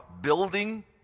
building